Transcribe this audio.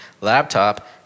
laptop